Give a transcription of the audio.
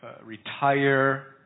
retire